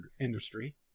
industry